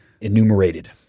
enumerated